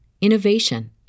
innovation